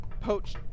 poach